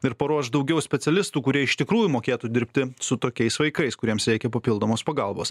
ir paruošt daugiau specialistų kurie iš tikrųjų mokėtų dirbti su tokiais vaikais kuriems reikia papildomos pagalbos